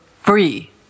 free